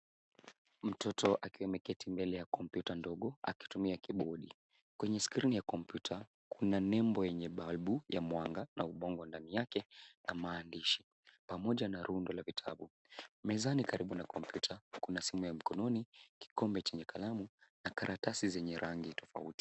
Mtoto akiwa ameketi mbele ya kompyuta ndogo akitumia kibodi. Kwenye skrini ya kompyuta kuna nembo yenye balbu ya mwanga na ubongo ndani yake na maandishi pamoja na rundo la vitabu. Mezani karibu na kompyuta kuna simu ya mkononi, kikombe chenye kalamu na karatasi zenye rangi tofauti.